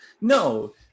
No